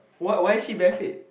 what why is she bare feet